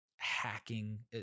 hacking